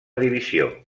divisió